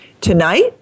Tonight